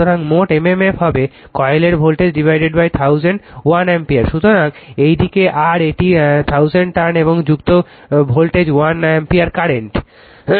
সুতরাং মোট m m f হবে কয়েলের ভোল্টেজ 1000 1 আম্পিয়ার সুতরাং এই দিকে r এটি 1000 টার্ন এবং যুক্ত ভোল্টেজ 1 অ্যাম্পিয়ার কারেন্ট